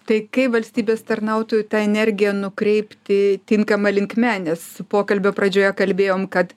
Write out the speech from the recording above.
tai kaip valstybės tarnautojų tą energiją nukreipti tinkama linkme nes pokalbio pradžioje kalbėjom kad